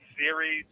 Series